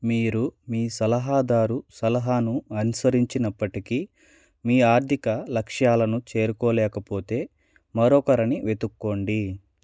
మీరు మీ సలహాదారు సలహాను అనుసరించినప్పటికీ మీ ఆర్థిక లక్ష్యాలను చేరుకోలేకపోతే మరొకరని వెతుక్కోండి